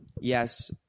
yes